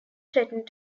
threatened